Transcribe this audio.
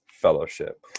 Fellowship